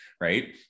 right